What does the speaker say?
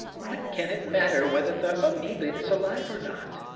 what can it matter whether the amoeba is alive or not?